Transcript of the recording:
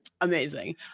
Amazing